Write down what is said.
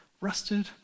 rusted